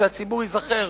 שהציבור ייזכר.